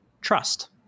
trust